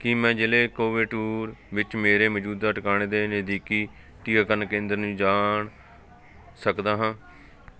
ਕੀ ਮੈਂ ਜ਼ਿਲੇ ਕੋਇਬੰਟੂਰ ਵਿੱਚ ਮੇਰੇ ਮੌਜੂਦਾ ਟਿਕਾਣੇ ਦੇ ਨਜ਼ਦੀਕੀ ਟੀਕਾਕਰਨ ਕੇਂਦਰ ਨੂੰ ਜਾਣ ਸਕਦਾ ਹਾਂ